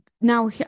now